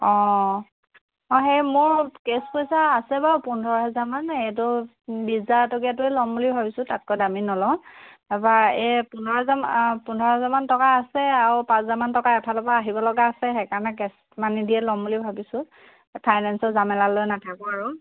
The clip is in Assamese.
অঁ অঁ সেই মোৰ কেছ পইচা আছে বাাৰু পোন্ধৰ হোজাৰমান এইটো বিছ হাজাৰ টকীয়াটোৱে ল'ম বুলি ভাবিছোঁ তাতকৈ দামী নলওঁ তাপা এই পোন্ধৰ হাজাৰ পোন্ধৰ হাজাৰমান টকা আছে আৰু পাঁচ হাজাৰমান টকা এফালৰ পৰা আহিব লগা আছে সেইকাৰণে কেছ মানি দিয়ে ল'ম বুলি ভাবিছোঁ ফাইনেন্সৰ জামেলা লৈ নাথাকো আৰু